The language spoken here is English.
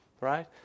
right